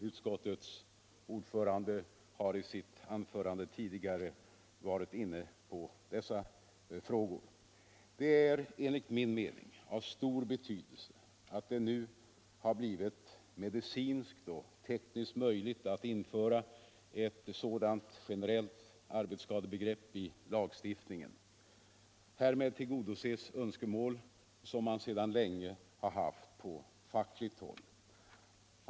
Utskottets ordförande har i sitt anförande tidigare varit inne på dessa frågor. Det är enligt min mening av stor betydelse att det nu har blivit medicinskt och tekniskt möjligt att införa ett sådant generellt arbetsskadebegrepp i lagstiftningen. Härmed tillgodoses önskemål som man sedan länge har haft på fackligt håll.